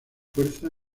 fuerza